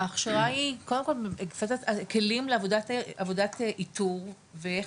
ההכשרה היא קודם כל כלים לעבודת איתור ואיך